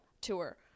Tour